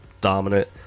dominant